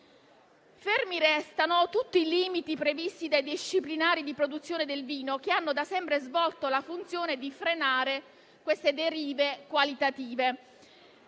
fermi tutti i limiti previsti dai disciplinari di produzione del vino, che hanno da sempre svolto la funzione di frenare queste derive qualitative.